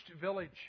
village